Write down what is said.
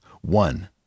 One